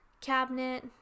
cabinet